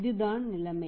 இதுதான் நிலைமை